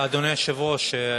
אדוני היושב-ראש,